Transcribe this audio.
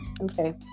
Okay